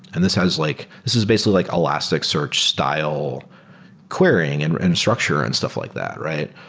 and this has like this is basically like elasticsearch style querying and and structure and stuff like that, right?